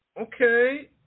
Okay